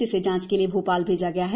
जिसे जांच के लिए भोपाल भेजा गया है